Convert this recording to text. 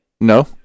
No